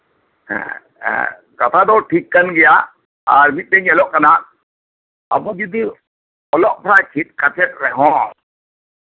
ᱦᱮᱸ ᱦᱮᱸ ᱠᱟᱛᱷᱟ ᱫᱚ ᱴᱷᱤᱠ ᱠᱟᱱ ᱜᱮᱭᱟ ᱟᱨ ᱢᱤᱫᱴᱮᱡ ᱧᱮᱞᱚᱜ ᱠᱟᱱᱟ ᱟᱵᱚ ᱡᱚᱫᱤ ᱚᱞᱚᱜ ᱯᱟᱲᱦᱟᱜ ᱪᱮᱫ ᱠᱟᱛᱮᱜ ᱨᱮᱦᱚᱸ